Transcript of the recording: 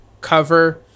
cover